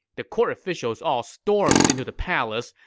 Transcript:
the court officials all stormed into the palace,